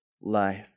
life